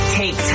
take